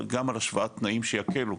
אבל גם על השוואת תנאים שיקלו.